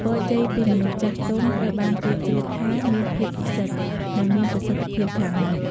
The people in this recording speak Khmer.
ពរជ័យពីមនុស្សចាស់ទុំត្រូវបានគេជឿថាមានភាពពិសិដ្ឋ និងមានប្រសិទ្ធភាពខ្លាំងណាស់។